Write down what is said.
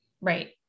Right